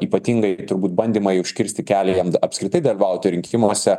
ypatingai turbūt bandymai užkirsti kelią jiem da apskritai dalyvauti rinkimuose